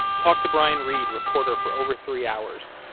talked to brian reed, reporter, for over three hours.